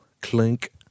clink